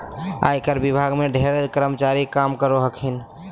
आयकर विभाग में ढेर कर्मचारी काम करो हखिन